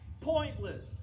Pointless